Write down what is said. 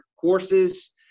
courses